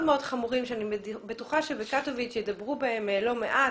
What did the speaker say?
מאוד חמורים שאני בטוחה שבקטוביץ ידברו בהם לא מעט,